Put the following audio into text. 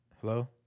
Hello